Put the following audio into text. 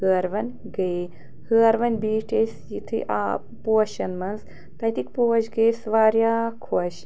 ہٲروَن گٔیے ہٲروَن بیٖٹھۍ أسۍ یُتھُے آب پوشَن منٛز تَتِکۍ پوش گٔے اَسہِ واریاہ خۄش